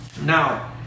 Now